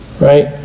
Right